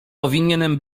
powinienem